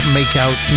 Makeout